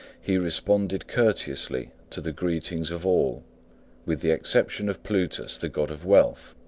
he responded courteously to the greetings of all with the exception of plutus, the god of wealth.